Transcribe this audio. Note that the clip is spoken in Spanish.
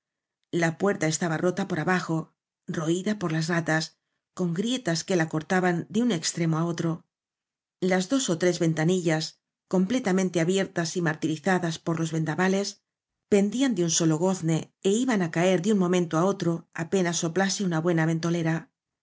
la puerta estaba rota por abajo roída por las ratas con grietas que la cortaban de un extremo á otro las dos ó tres ventanillas completamente abiertas y martirizadas por los vendavales pendían de un solo gozne é iban á caer de un momento á otro apenas soplase una buena ventolera